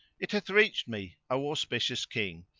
it hath reached me, o auspicious king,